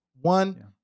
One